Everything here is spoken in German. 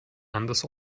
anders